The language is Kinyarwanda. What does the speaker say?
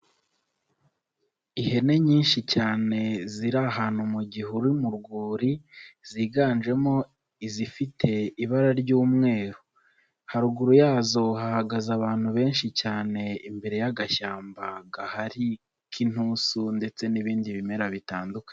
Ihene nyinshi cyane ziri ahantu mu gihuru mu rwuri, ziganjemo izifite ibara ry'umweru, haruguru yazo hahagaze abantu benshi cyane, imbere y'agashyamba gahari k'inturusu ndetse n'ibindi bimera bitandukanye.